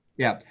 yeah.